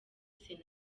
sena